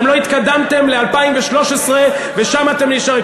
אתם לא התקדמתם ל-2013, ושם אתם נשארים.